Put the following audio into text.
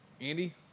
Andy